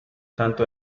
tanto